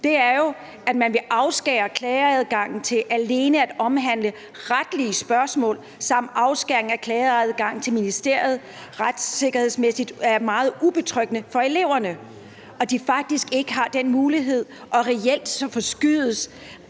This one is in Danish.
er jo, at man vil afskære klageadgangen til alene at omhandle retlige spørgsmål samt afskære klageadgangen til ministeriet. Retssikkerhedsmæssigt er det meget ubetryggende for eleverne, at de faktisk ikke har den mulighed, for reelt forskydes